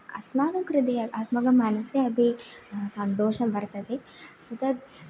अस्माकं कृते अस्माकं मनसि अपि सन्तोषं वर्तते तत्